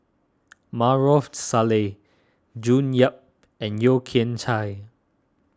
Maarof Salleh June Yap and Yeo Kian Chai